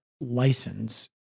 license